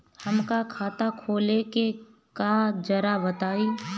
हमका खाता खोले के बा जरा बताई?